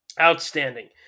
Outstanding